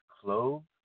clove